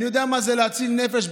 אני יודע מה זה להציל נפש.